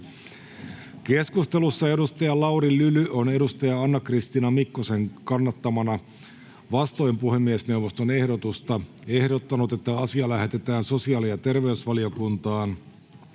Keskustelussa Lauri Lyly on Anna-Kristiina Mikkosen kannattamana vastoin puhemiesneuvoston ehdotusta ehdottanut, että asia lähetetään sosiaali- ja terveysvaliokuntaan,